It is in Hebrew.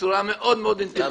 בצורה מאוד מאוד אינטנסיבית.